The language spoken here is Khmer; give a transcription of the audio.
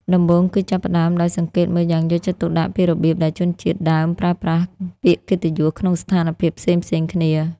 ដំបូងគឺចាប់ផ្ដើមដោយសង្កេតមើលយ៉ាងយកចិត្តទុកដាក់ពីរបៀបដែលជនជាតិដើមប្រើប្រាស់ពាក្យកិត្តិយសក្នុងស្ថានភាពផ្សេងៗគ្នា។